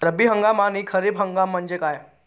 रब्बी हंगाम आणि खरीप हंगाम म्हणजे काय?